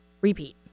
Repeat